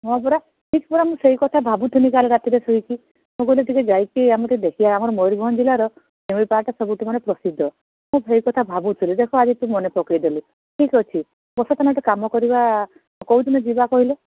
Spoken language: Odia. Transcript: ହଁ ପରା ଠିକ୍ ପରା ମୁଁ ସେହି କଥା ଭାବୁଥିଲି କାଲି ରାତିରେ ଶୋଇକି ମୁଁ କହିଲି ଟିକେ ଯାଇକି ଆମର ଟିକେ ଦେଖିବା ଆମର ମୟୁରଭଞ୍ଜ ଜିଲ୍ଲାର ଶିମିଳିପାଳଟା ସବୁଠୁ ମାନେ ପ୍ରସିଦ୍ଧ ସେହି କଥା ଭାବୁଥିଲି ଦେଖ ଆଜି ତୁ ମନେପକେଇଦେଲୁ ଠିକ୍ ଅଛି ବର୍ଷା ତାହେଲେ ଗୋଟେ କାମ କରିବା କୋଉଦିନ ଯିବା କହିଲୁ